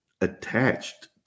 attached